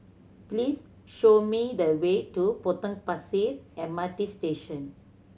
please show me the way to Potong Pasir M R T Station